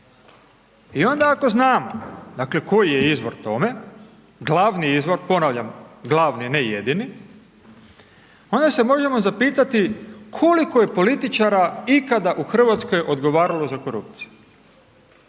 I onda ako znamo dakle koji je izvor tome, glavni izvor, ponavljam, glavni, ne jedini, onda se možemo zapitati koliko je političara ikada u Hrvatskoj odgovaralo za korupciju?